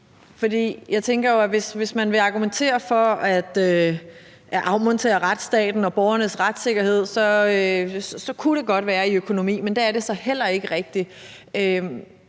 hvis man vil argumentere for at afmontere retsstaten og borgernes retssikkerhed, så kunne det godt ligge i noget økonomi, men det gør det så heller ikke rigtig.